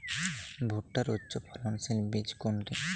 ভূট্টার উচ্চফলনশীল বীজ কোনটি?